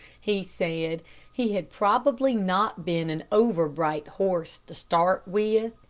he said he had probably not been an over-bright horse to start with,